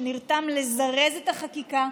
שנרתם לזרז את החקיקה,